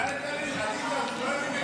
עליזה, הוא שואל אם מגייסים.